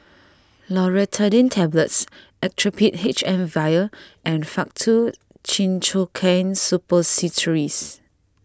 Loratadine Tablets Actrapid H M Vial and Faktu Cinchocaine Suppositories